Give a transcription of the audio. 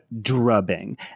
drubbing